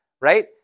Right